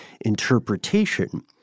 interpretation